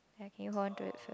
okay hold on to it first